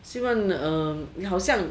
希望 um 好像